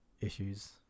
issues